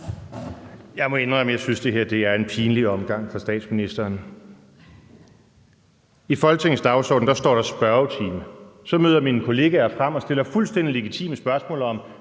Jeg må indrømme, at jeg synes, at det her er en pinlig omgang fra statsministeren. I Folketingets dagsorden står der spørgetime. Så møder mine kollegaer frem og stiller fuldstændig legitime spørgsmål ud